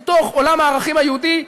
מתוך עולם הערכים היהודי,